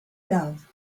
love